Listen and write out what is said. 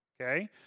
okay